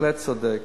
בהחלט צודק.